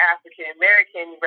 African-American